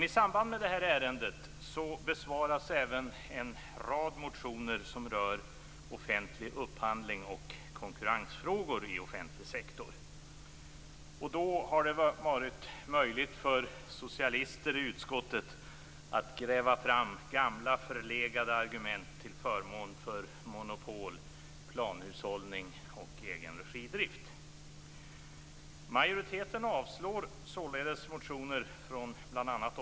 I samband med det här ärendet besvaras en rad motioner som rör offentlig upphandling och konkurrensfrågor i offentlig sektor. Det har varit möjligt för socialister i utskottet att gräva fram gamla förlegade argument till förmån för monopol, planhushållning och egen-regi-drift.